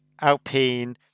Alpine